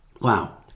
Wow